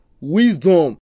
wisdom